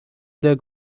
der